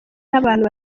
n’abantu